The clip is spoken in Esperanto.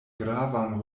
gravan